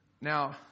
Now